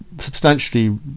substantially